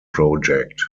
project